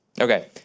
Okay